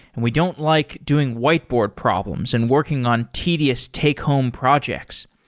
and we don't like doing whiteboard problems and working on tedious take home projects.